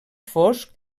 fosc